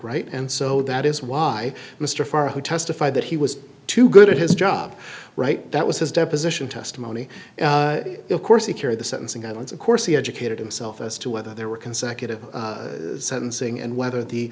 right and so that is why mr farrer who testified that he was too good at his job right that was his deposition testimony of course secure the sentencing guidelines of course he educated himself as to whether there were consecutive sentencing and whether the